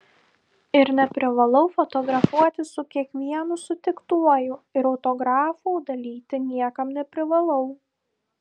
ir neprivalau fotografuotis su kiekvienu sutiktuoju ir autografų dalyti niekam neprivalau